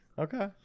Okay